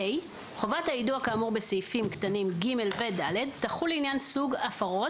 חובת היידוע כאמור בסעיפים קטנים (ג) ו-(ד) לעניין סוגי הפרות